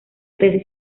tesis